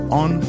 on